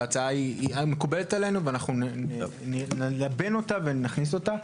וההצעה מקובלת עלינו ואנחנו נלבן אותה ונכניס אותה.